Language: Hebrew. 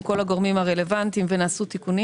כל הגורמים הרלוונטיים ונעשו תיקונים.